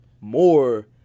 more